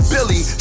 Billy